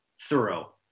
thorough